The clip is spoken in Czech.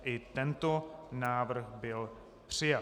I tento návrh byl přijat.